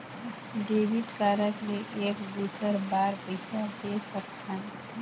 Debit card ले एक दुसर बार पइसा दे सकथन?